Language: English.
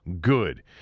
good